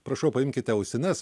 prašau paimkite ausines